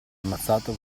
ammazzato